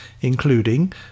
including